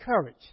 courage